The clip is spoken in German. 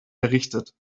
errichtet